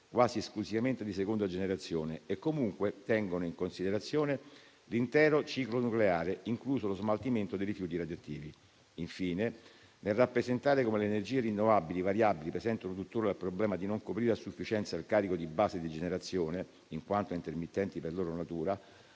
quasi esclusivamente di seconda generazione, e comunque tengono in considerazione l'intero ciclo nucleare, incluso lo smaltimento dei rifiuti radioattivi. Infine, nel rappresentare come le energie rinnovabili variabili presentino tuttora il problema di non coprire a sufficienza il carico di base di generazione in quanto intermittenti per loro natura,